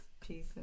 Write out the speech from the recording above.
peace